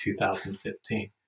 2015